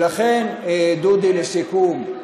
לכן, דודי, לסיכום,